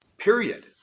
period